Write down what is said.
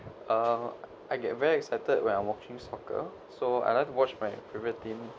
uh I get very excited when I'm watching soccer so I like to watch my favourite team